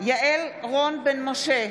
יעל רון בן משה,